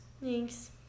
Thanks